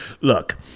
Look